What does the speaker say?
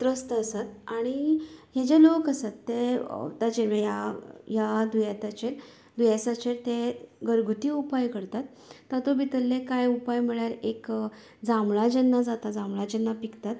आनी हें जे लोक आसात तें ताचें ह्या ह्या दुयेंताचे दुयेंसाचे ते घरगुती उपाय करता तातूंत भितरले कांय उपाय म्हळ्यार एक जांबळां जेन्ना जातात जांबळां जेन्ना पिकतात